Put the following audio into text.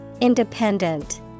Independent